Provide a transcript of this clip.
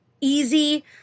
easy